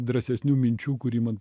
drąsesnių minčių kuri man